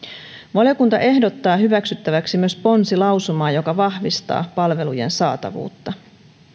valiokunta ehdottaa hyväksyttäväksi myös ponsilausumaa joka vahvistaa palvelujen saatavuutta